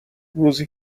روزی